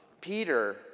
Peter